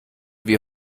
wie